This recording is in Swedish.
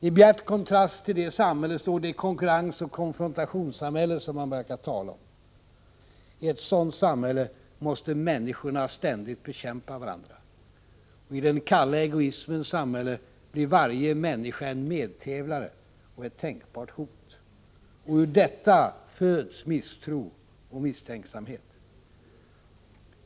I bjärt kontrast till detta samhälle står det konkurrensoch konfrontationssamhälle som man verkar tala om. I ett sådant samhälle måste människorna ständigt bekämpa varandra. I den kalla egoismens samhälle blir varje människa en medtävlare och ett tänkbart hot. Ur detta föds misstro och misstänksamhet.